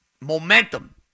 momentum